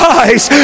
eyes